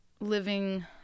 living